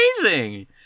amazing